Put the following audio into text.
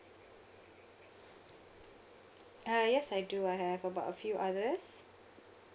uh yes I do I have about a few others